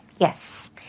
Yes